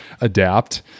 adapt